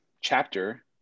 chapter